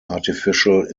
artificial